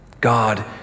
God